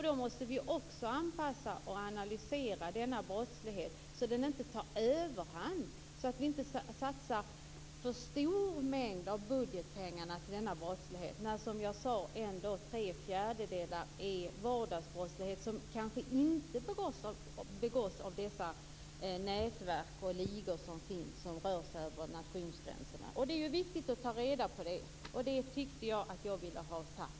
Då måste vi också anpassa och analysera denna brottslighet, så att den inte tar överhand, och så att vi inte satsar för stor mängd budgetpengar på denna brottslighet när ändå, som jag sade, tre fjärdedelar är vardagsbrottslighet som kanske inte begås av dessa nätverk och ligor som rör sig över nationsgränserna. Det är viktigt att ta reda på det. Det tyckte jag att jag ville ha sagt.